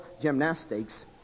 gymnastics